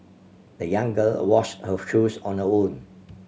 the young girl washed her shoes on her own